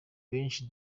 benshi